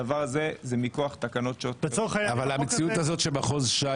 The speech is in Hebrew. הדבר הזה הוא מכוח תקנות שעת חירום אבל המציאות הזו שמחוז ש"י